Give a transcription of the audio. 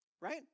right